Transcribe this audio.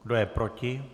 Kdo je proti?